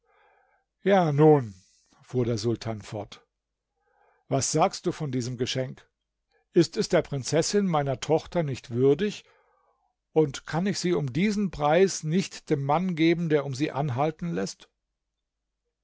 ja nun fuhr der sultan fort was sagst du von diesem geschenk ist es der prinzessin meiner tochter nicht würdig und kann ich sie um diesen preis nicht dem mann geben der um sie anhalten läßt